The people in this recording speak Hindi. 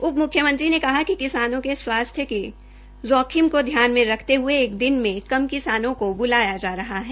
उन्होंने कहा कि किसानों के स्वास्थ्य के जोखिम को ध्यान में रखते हये एक दिन मे कम किसानों को बुलाया जा रहा है